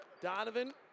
Donovan